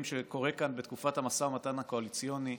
שקורה כאן בתקופת המשא ומתן הקואליציוני,